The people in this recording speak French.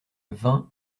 vingt